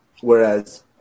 Whereas